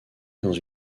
dans